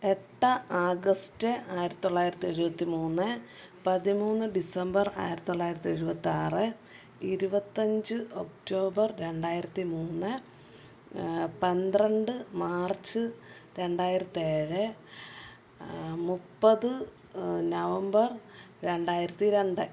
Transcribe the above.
എട്ട് ആഗസ്റ്റ് ആയിരത്തി തൊള്ളായിരത്തി എഴുപത്തിമൂന്ന് പതിമൂന്ന് ഡിസംബർ ആയിരത്തി തൊള്ളായിരത്തി എഴുപത്തിയാറ് ഇരുപത്തിയഞ്ച് ഒക്ടോബർ രണ്ടായിരത്തി മൂന്ന് പന്ത്രണ്ട് മാർച്ച് രണ്ടായിരത്തി ഏഴ് മുപ്പത് നവംബർ രണ്ടായിരത്തി രണ്ട്